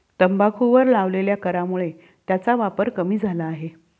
तंबाखूवर लावलेल्या करामुळे त्याचा वापर कमी झाला आहे